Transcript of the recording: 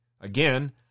Again